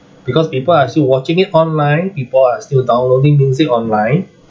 because people are still watching it online people are still downloading music online